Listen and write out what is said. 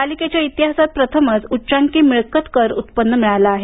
पालिकेला इतिहासात प्रथमच उच्चांकी मिळकतकर उत्पन्न्न मिळालं आहे